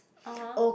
(uh huh)